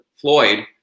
floyd